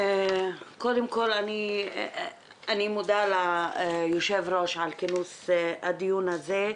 קודם כל אני מודה ליושב ראש על כינוס הדיון הזה,